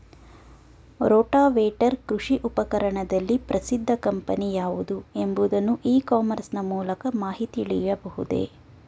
Rotavator ಕೃಷಿ ಉಪಕರಣದಲ್ಲಿ ಪ್ರಸಿದ್ದ ಕಂಪನಿ ಯಾವುದು ಎಂಬುದನ್ನು ಇ ಕಾಮರ್ಸ್ ನ ಮೂಲಕ ಮಾಹಿತಿ ತಿಳಿಯಬಹುದೇ?